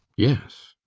yes.